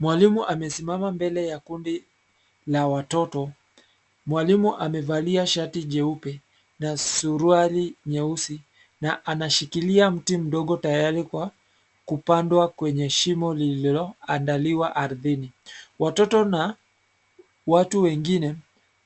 Mwalimu amesimama mbele ya kundi la watoto. Mwalimu amevalia shati jeupe na suruali nyeusi na anashikilia mti mdogo tayari kwa kupandwa kwenye shimo lililoandaliwa ardhini. Watoto na watu wengine